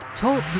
Talk